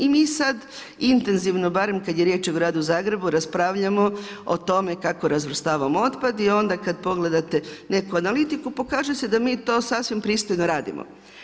I mi sada intenzivno barem kada je riječ o gradu Zagrebu o tome kako razvrstavamo otpad i onda kada pogledate neku analitiku pokaže se da mi to sasvim pristojno radimo.